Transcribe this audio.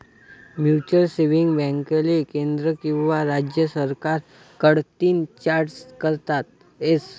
mutual saving बॅकले केंद्र किंवा राज्य सरकार कडतीन चार्टट करता येस